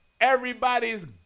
everybody's